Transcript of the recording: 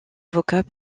avocat